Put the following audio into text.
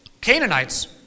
Canaanites